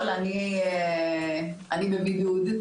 אני בבידוד.